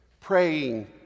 Praying